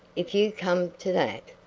if you come to that,